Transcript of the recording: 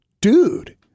dude